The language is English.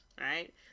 right